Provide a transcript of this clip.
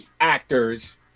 actors